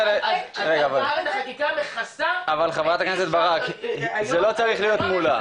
אבל חברת הכנסת ברק זה לא צריך להיות מולה.